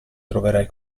troverai